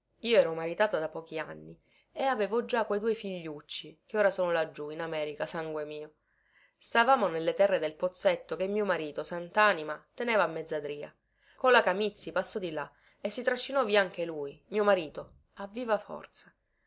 io ero maritata da pochi anni e avevo già quei due figliucci che ora sono laggiù in america sangue mio stavamo nelle terre del pozzetto che mio marito santanima teneva a mezzadria cola camizzi passò di là e si trascinò via anche lui mio marito a viva forza